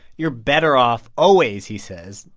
you're better off always, he says,